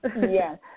yes